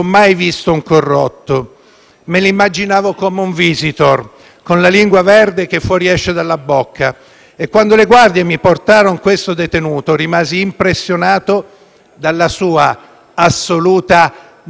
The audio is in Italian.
Me l'immaginavo come un *visitor,* con la lingua verde che fuoriesce dalla bocca, e quando le guardie mi portarono questo detenuto rimasi impressionato dalla sua assoluta normalità».